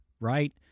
right